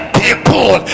people